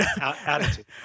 attitude